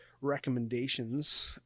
recommendations